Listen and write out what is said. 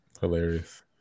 Hilarious